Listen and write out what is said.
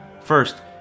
First